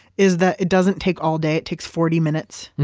is that it doesn't take all day. it takes forty minutes.